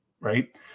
right